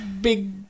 big